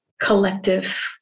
collective